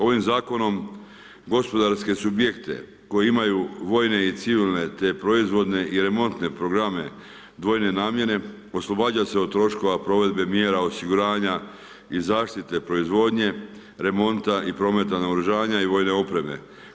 Ovim zakonom gospodarske subjekte koji imaju vojne i civilne te proizvode i remontne programe dvojine namjene oslobađa se od troškova provedbe mjera, osiguranja i zaštite, proizvodnje remonta i prometa neoružavanja i vojne opreme.